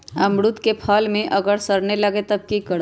अमरुद क फल म अगर सरने लगे तब की करब?